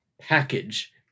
package